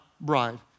bride